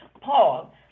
Paul